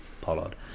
Pollard